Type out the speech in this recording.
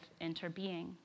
interbeing